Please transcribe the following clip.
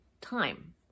time